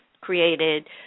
created